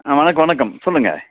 ஆ வணக்க வணக்கம் சொல்லுங்கள்